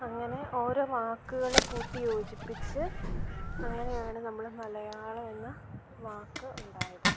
അങ്ങനെ ഓരോ വാക്കുകൾ കൂട്ടി യോജിപ്പിച്ച് അങ്ങനെയാണ് നമ്മൾ മലയാളം എന്ന വാക്ക് ഉണ്ടായത്